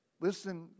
Listen